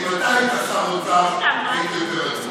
אבל אם אתה היית שר האוצר הייתי יותר רגוע.